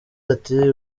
ati